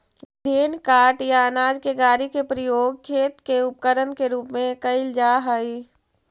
grain cart या अनाज के गाड़ी के प्रयोग खेत के उपकरण के रूप में कईल जा हई